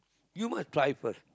you must try first